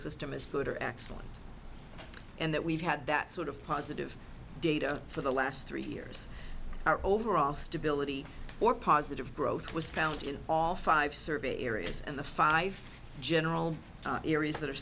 or excellent and that we've had that sort of positive data for the last three years our overall stability or positive growth was found in all five survey areas and the five general areas that are